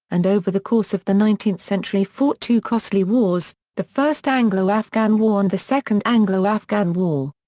and over the course of the nineteenth century fought two costly wars the first anglo-afghan war and the second anglo-afghan war.